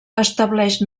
estableix